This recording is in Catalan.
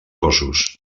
cossos